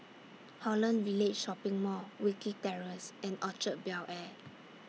Holland Village Shopping Mall Wilkie Terrace and Orchard Bel Air